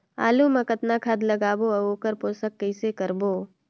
आलू मा कतना खाद लगाबो अउ ओकर पोषण कइसे करबो?